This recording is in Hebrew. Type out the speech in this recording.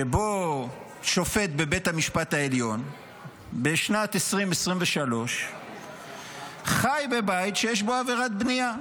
שבו שופט בבית המשפט העליון בשנת 2023 חי בבית שיש בו עבירת בנייה.